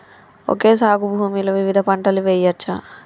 Okay సాగు భూమిలో వివిధ పంటలు వెయ్యచ్చా?